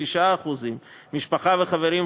9%; משפחה וחברים,